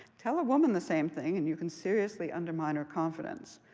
tell a woman the same thing and you can seriously undermine her confidence.